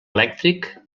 elèctric